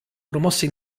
promosse